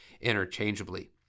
interchangeably